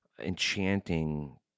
enchanting